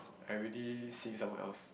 I already seeing someone else